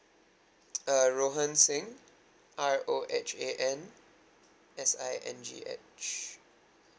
uh rohan singh R O H A N S I N G H